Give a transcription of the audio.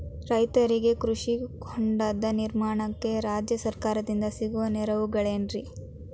ರೈತರಿಗೆ ಕೃಷಿ ಹೊಂಡದ ನಿರ್ಮಾಣಕ್ಕಾಗಿ ರಾಜ್ಯ ಸರ್ಕಾರದಿಂದ ಸಿಗುವ ನೆರವುಗಳೇನ್ರಿ?